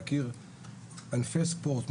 להכיר ענפי ספורט,